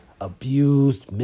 abused